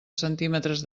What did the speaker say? centímetres